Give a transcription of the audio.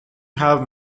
have